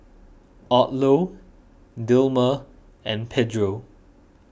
Odlo Dilmah and Pedro